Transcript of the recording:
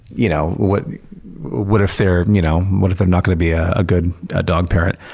you know what what if they're and you know what if they're not going to be a good ah dog parent?